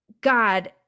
God